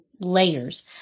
layers